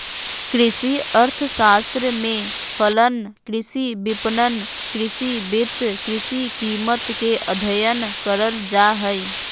कृषि अर्थशास्त्र में फलन, कृषि विपणन, कृषि वित्त, कृषि कीमत के अधययन करल जा हइ